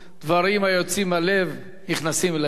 דברים היוצאים מהלב נכנסים אל הלב.